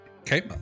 Okay